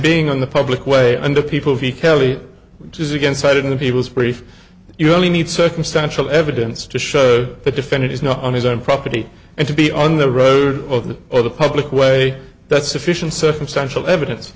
being on the public way under people he kelly which is again cited in the people's brief you only need circumstantial evidence to show the defendant is not on his own property and to be on the road of the or the public way that's sufficient circumstantial evidence